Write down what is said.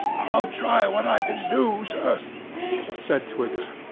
i'll try what i can do, sir said twigger.